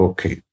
Okay